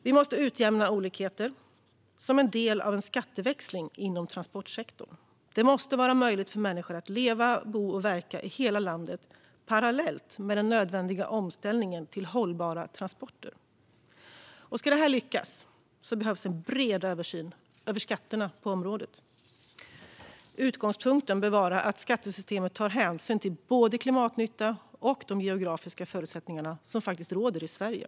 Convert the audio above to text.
Vi måste utjämna olikheter som en del av en skatteväxling inom transportsektorn. Det måste vara möjligt för människor att leva, bo och verka i hela landet parallellt med den nödvändiga omställningen till hållbara transporter. Om detta ska lyckas behövs en bred översyn av skatterna på området. Utgångspunkten bör vara att skattesystemet ska ta hänsyn till både klimatnytta och de geografiska förutsättningar som råder i Sverige.